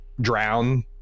drown